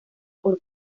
por